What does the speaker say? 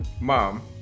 mom